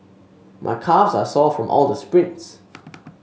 my calves are sore from all the sprints